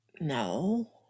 no